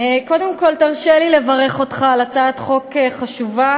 קודם כול, תרשה לי לברך אותך על הצעת חוק חשובה.